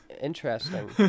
interesting